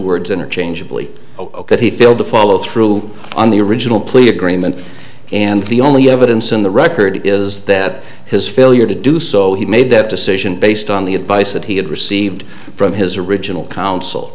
words interchangeably that he failed to follow through on the original plea agreement and the only evidence in the record is that his failure to do so he made that decision based on the advice that he had received from his original coun